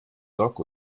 dock